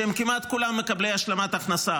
שהם כמעט כולם מקבלי השלמת ההכנסה,